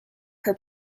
her